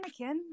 Anakin